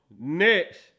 next